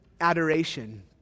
adoration